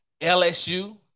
LSU